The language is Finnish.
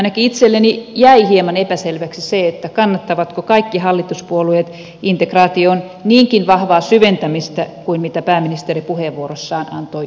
ainakin itselleni jäi hieman epäselväksi se kannattavatko kaikki hallituspuolueet integraation niinkin vahvaa syventämistä kuin pääministeri puheenvuorossaan antoi ymmärtää